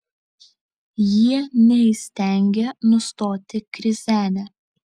jie neįstengia nustoti krizenę